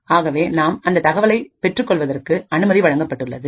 ஆகவே நாம் அந்த தகவலை பெற்றுக்கொள்வதற்கு அனுமதி வழங்கப்பட்டுள்ளது